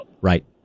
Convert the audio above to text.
Right